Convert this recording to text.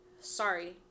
sorry